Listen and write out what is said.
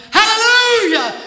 hallelujah